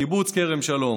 קיבוץ כרם שלום,